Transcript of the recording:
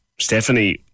Stephanie